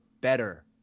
better